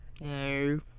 no